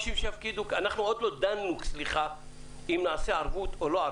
אנחנו עוד לא דנו אם תהיה ערבות או לא,